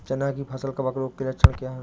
चना की फसल कवक रोग के लक्षण क्या है?